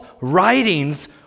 writings